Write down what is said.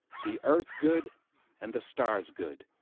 the earth good and the stars good,